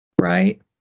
right